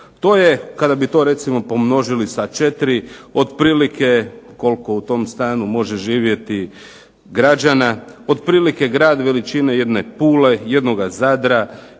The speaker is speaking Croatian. To je kada bi to recimo pomnožili sa 4, otprilike koliko u tom stanu može živjeti građana, otprilike grad veličine jedne Pule, jednoga Zadra,